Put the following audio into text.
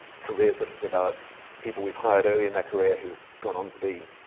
careers that have developed, people we've hired early in their career who've gone on to be